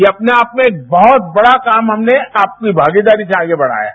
यह अपने आप में एक बहुत बड़ा काम हमने आपकी भागीदारी से आगे बढ़ाया है